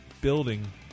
building